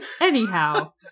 Anyhow